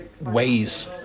ways